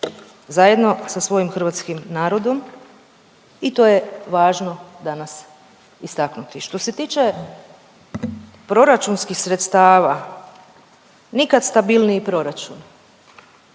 zajedno sa svojim hrvatskim narodom i to je važno danas istaknuti. Što se tiče proračunskih sredstava, nikad stabilniji proračun,